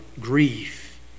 grief